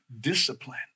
discipline